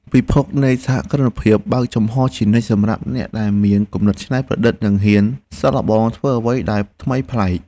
ពិភពនៃសហគ្រិនភាពបើកចំហរជានិច្ចសម្រាប់អ្នកដែលមានគំនិតច្នៃប្រឌិត និងហ៊ានសាកល្បងធ្វើអ្វីដែលថ្មីប្លែក។